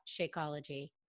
Shakeology